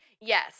Yes